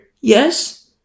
Yes